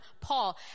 Paul